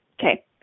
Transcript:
Okay